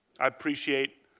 i appreciate